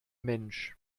mensch